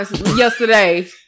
yesterday